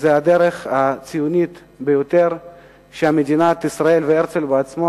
זו הדרך הציונית ביותר שמדינת ישראל והרצל בעצמו